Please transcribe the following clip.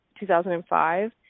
2005